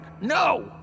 No